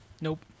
Nope